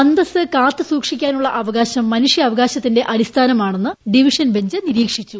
അന്തസ് കാത്തുസൂക്ഷിക്കാനുള്ള അവകാശം മനുഷ്യാവകാശത്തിന്റെ അടിസ്ഥാനമാണെന്ന് ഡിവിഷൻ ബെഞ്ച് നിരീക്ഷിച്ചു